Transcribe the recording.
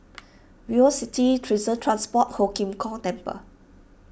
VivoCity Transport Ho Kim Kong Temple